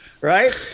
right